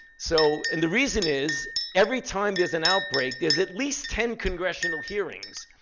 so and the reason is every time there's an outbreak, there's at least ten congressional hearings.